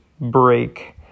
break